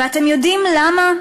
ואתם יודעים למה?